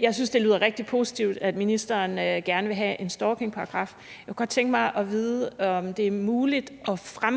Jeg synes, det lyder rigtig positivt, at ministeren gerne vil have en stalkingparagraf. Jeg kunne godt tænke mig at vide, om det er muligt at fremrykke